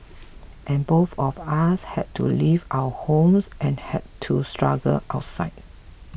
and both of us had to leave our homes and had to struggle outside